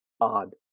odd